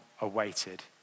awaited